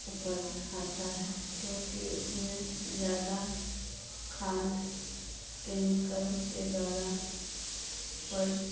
उपज आता है क्योंकि उसमें ज़्यादा खाद केमिकल के द्वारा उपज